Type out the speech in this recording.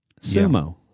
sumo